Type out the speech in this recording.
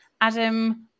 Adam